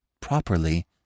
properly